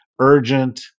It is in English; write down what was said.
urgent